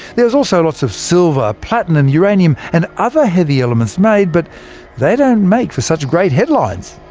there was also lots of silver, platinum, uranium and other heavy elements made but they don't make for such great headlines.